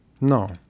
No